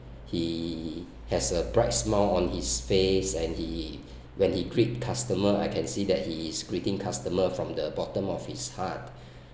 he has a bright smile on his face and he when he greet customer I can see that he is greeting customer from the bottom of his heart